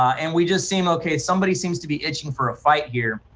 and we just seem ok, somebody seems to be itching for a fight year.